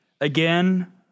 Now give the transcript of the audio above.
Again